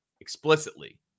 explicitly